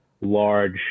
large